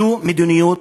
זו מדיניות,